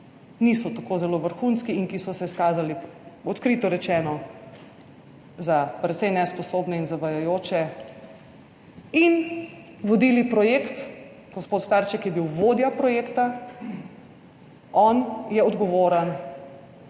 niso tako zelo vrhunski in ki so se izkazali, odkrito rečeno, za precej nesposobne in zavajajoče in vodili projekt. Gospod Starček je bil vodja projekta. On je odgovoren